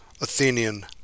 Athenian